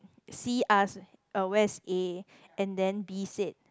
C asked uh where is A and then B said